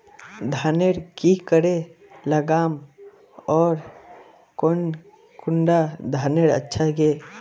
धानेर की करे लगाम ओर कौन कुंडा धानेर अच्छा गे?